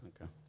Okay